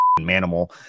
manimal